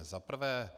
Za prvé.